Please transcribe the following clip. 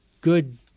good